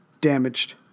damaged